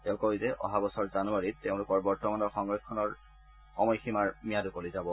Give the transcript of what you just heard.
তেওঁ কয় যে অহা বছৰ জানৱাৰী মাহত তেওঁলোকৰ বৰ্তমানৰ সংৰক্ষণৰ সময়সীমাৰ ম্যাদ উকলি যাব